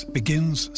begins